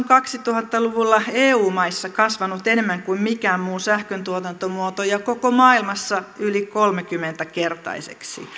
kaksituhatta luvulla eu maissa kasvanut enemmän kuin mikään muu sähköntuotantomuoto ja koko maailmassa yli kolmekymmentä kertaiseksi